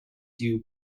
dew